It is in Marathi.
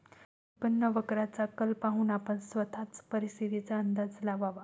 उत्पन्न वक्राचा कल पाहून आपण स्वतःच परिस्थितीचा अंदाज लावावा